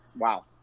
wow